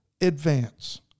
advance